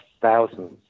thousands